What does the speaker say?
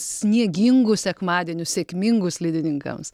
sniegingų sekmadienių sėkmingų slidininkams